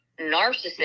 narcissist